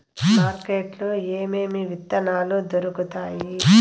market లో ఏమేమి విత్తనాలు దొరుకుతాయి